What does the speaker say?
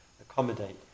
accommodate